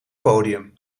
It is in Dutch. podium